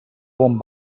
bon